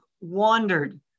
wandered